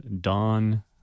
Dawn